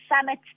summit